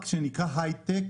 שכולל גם פארק הייטק